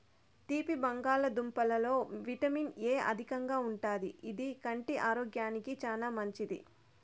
తీపి బంగాళదుంపలలో vitamin A అధికంగా ఉంటాది, ఇది కంటి ఆరోగ్యానికి చానా మంచిది